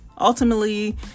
Ultimately